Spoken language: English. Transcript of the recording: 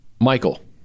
michael